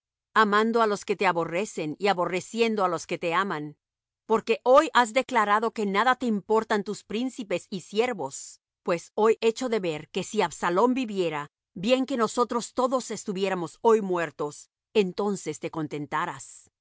amando á los que te aborrecen y aborreciendo á los que te aman porque hoy has declarado que nada te importan tus príncipes y siervos pues hoy echo de ver que si absalom viviera bien que nosotros todos estuviéramos hoy muertos entonces te contentaras